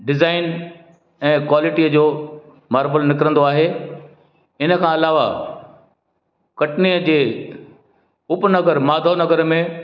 design ऐंं क्वालिटीअ जो मारबल निकिरंदो आहे हिन खां अलावा कटनीअ जे उप नगर माधव नगर में